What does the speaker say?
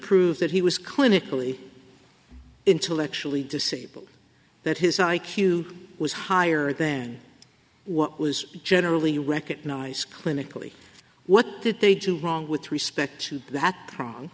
prove that he was clinically intellectually disabled that his i q was higher than what was generally recognized clinically what did they do wrong with respect to that pro